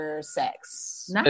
sex